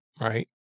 right